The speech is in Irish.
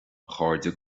chairde